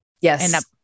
Yes